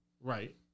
right